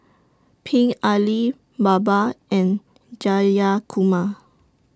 Pingali Baba and Jayakumar